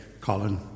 Colin